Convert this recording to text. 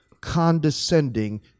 condescending